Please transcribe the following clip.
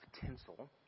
tinsel